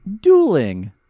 dueling